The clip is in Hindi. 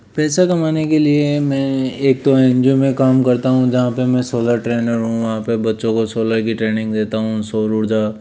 पैसा कमाने के लिए मैं एक तो एन जी ओ में काम करता हूँ जहाँ पर मैं सोलर ट्रेनर हूँ वहाँ पर बच्चों को सोलर की ट्रेनिंग देता हूँ सौर ऊर्जा